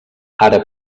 ara